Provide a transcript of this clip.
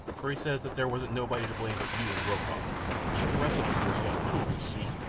for he says that there wasn't nobody to blame but you and rokoff the rest of us was just tools. see?